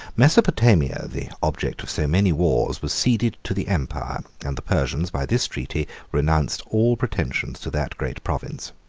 mesopotomia, the object of so many wars, was ceded to the empire and the persians, by this treaty, renounced all pretensions to that great province.